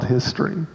History